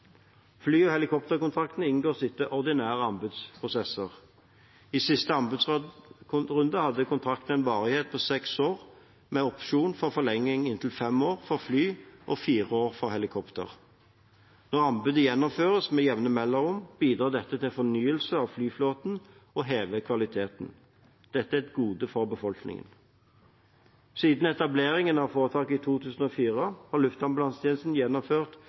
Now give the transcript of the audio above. Fly- og helikopterkontraktene inngås etter ordinære anbudsprosesser. I siste anbudsrunde hadde kontraktene en varighet på seks år, med opsjon for forlenging i inntil fem år for fly og fire år for helikopter. Når anbud gjennomføres med jevne mellomrom, bidrar dette til fornyelse av flyflåten og hevet kvalitet. Dette er et gode for befolkningen. Siden etableringen av foretaket i 2004 har Luftambulansetjenesten gjennomført